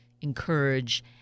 encourage